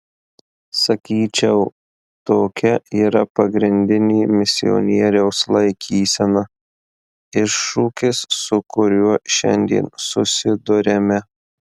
sakyčiau tokia yra pagrindinė misionieriaus laikysena iššūkis su kuriuo šiandien susiduriame